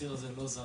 הציר הזה לא זז.